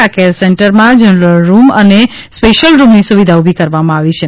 આ કેર સેન્ટરમાં general room અને સ્પેશ્થીલ રૂમની સુવિધા ઉભી કરવામાં આવી છે